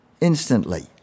instantly